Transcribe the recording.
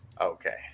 Okay